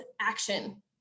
action